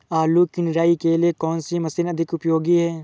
आलू की निराई के लिए कौन सी मशीन अधिक उपयोगी है?